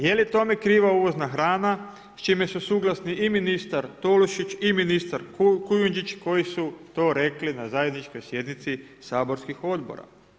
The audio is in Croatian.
Je li tome kriva uvozna hrana s čime su suglasni i ministar Tolušić i ministar Kujundžić koji su to rekli na zajedničkoj sjednici saborskih odbora?